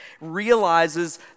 realizes